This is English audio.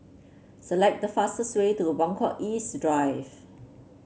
select the fastest way to Buangkok East Drive